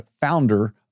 founder